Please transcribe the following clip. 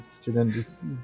students